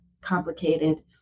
complicated